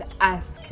ask